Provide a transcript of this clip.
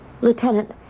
Lieutenant